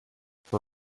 for